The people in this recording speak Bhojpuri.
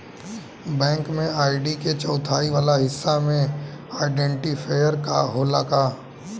बैंक में आई.डी के चौथाई वाला हिस्सा में आइडेंटिफैएर होला का?